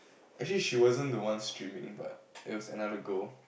actually she wasn't the one streaming but it was another girl